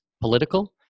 political